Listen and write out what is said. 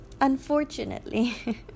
Unfortunately